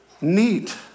neat